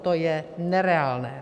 To je nereálné.